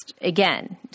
again